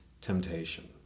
Temptation